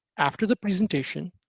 after the presentation,